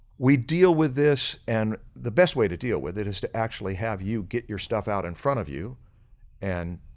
we deal with this and the best way to deal with it is to actually they have you get your stuff out in front of you and